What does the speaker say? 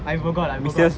I forgot I forgot